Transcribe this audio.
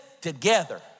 together